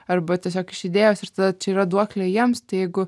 arba tiesiog iš idėjos ir tada čia yra duoklė jiems tai jeigu